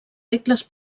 regles